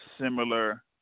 similar